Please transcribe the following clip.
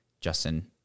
Justin